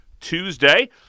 Tuesday